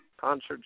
concerts